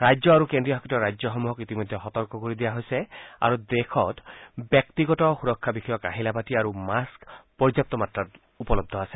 ৰাজ্য আৰু কেন্দ্ৰীয় শাসিত ৰাজ্যসমূহক ইতিমধ্যে সতৰ্ক কৰি দিয়া হৈছে আৰু দেশত ব্যক্তিগত সুৰক্ষা বিষয়ক আহিলা পাতি আৰু মাস্থ দেশত পৰ্যাপু মাত্ৰাত উপলৰূ আছে